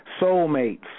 soulmates